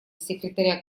секретаря